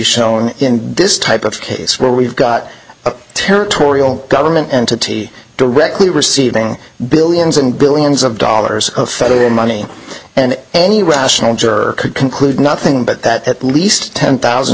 shown in this type of case where we've got a territorial government entity directly receiving billions and billions of dollars of federal money and any rational juror could conclude nothing but that at least ten thousand